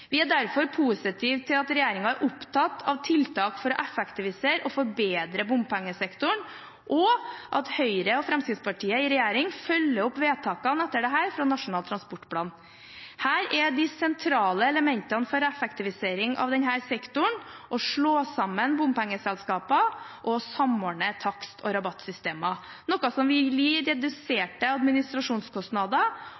Vi er derfor positive til at regjeringen er opptatt av tiltak for å effektivisere og forbedre bompengesektoren, og at Høyre og Fremskrittspartiet i regjering følger opp vedtakene om dette fra Nasjonal transportplan. Her er de sentrale elementene for effektivisering av denne sektoren å slå sammen bompengeselskaper og å samordne takst- og rabattsystemer, noe som vil gi reduserte administrasjonskostnader